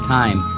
time